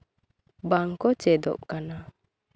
ᱵᱟᱝ ᱠᱚ ᱪᱮᱫᱚᱜ ᱠᱟᱱᱟ